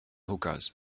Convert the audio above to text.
hookahs